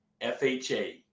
FHA